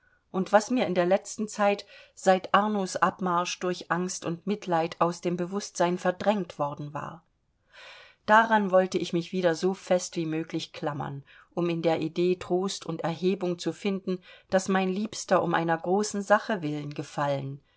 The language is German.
und was mir in der letzten zeit seit arnos abmarsch durch angst und mitleid aus dem bewußtsein verdrängt worden war daran wollte ich mich wieder so fest wie möglich klammern um in der idee trost und erhebung zu finden daß mein liebster um einer großer sache willen gefallen